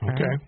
Okay